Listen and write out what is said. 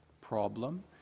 problem